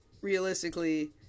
realistically